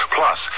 Plus